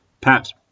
Pat